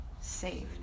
saved